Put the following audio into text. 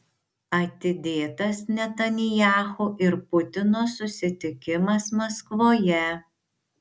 atidėtas netanyahu ir putino susitikimas maskvoje